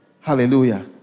Hallelujah